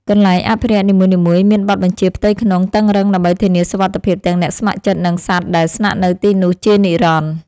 កន្លែងអភិរក្សនីមួយៗមានបទបញ្ជាផ្ទៃក្នុងតឹងរ៉ឹងដើម្បីធានាសុវត្ថិភាពទាំងអ្នកស្ម័គ្រចិត្ត និងសត្វដែលស្នាក់នៅទីនោះជានិរន្តរ៍។